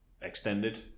extended